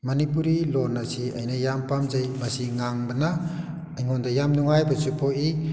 ꯃꯅꯤꯄꯨꯔꯤ ꯂꯣꯜ ꯑꯁꯤ ꯑꯩꯅ ꯌꯥꯝ ꯄꯥꯝꯖꯩ ꯃꯁꯤ ꯉꯥꯡꯕꯅ ꯑꯩꯉꯣꯟꯗ ꯌꯥꯝ ꯅꯨꯡꯉꯥꯏꯕꯁꯨ ꯄꯣꯛꯏ